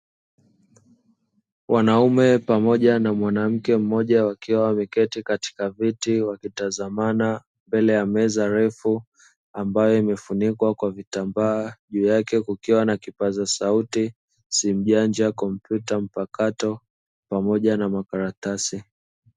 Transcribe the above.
Wanaume pamoja na mwanamke mmoja wakiwa wameketi katika viti wakitazamana mbele ya meza ndefu ambayo imefunikwa kwa vitambaa vyake kukiwa na kipaza sauti si mjanja kompyuta mpakato pamoja na makaratasi.